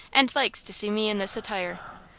and likes to see me in this attire.